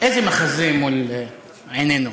איזה מחזה מול עינינו?